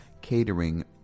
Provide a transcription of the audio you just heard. catering